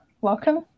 Welcome